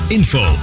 info